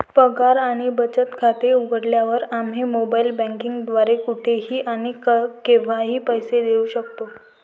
पगार आणि बचत खाते उघडल्यावर, आम्ही मोबाइल बँकिंग द्वारे कुठेही आणि केव्हाही पैसे देऊ शकतो